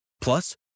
Plus